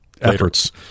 efforts